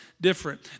different